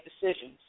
decisions